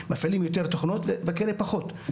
מפעילים יותר תוכנות וכאלה שפחות.